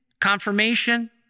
confirmation